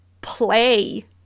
play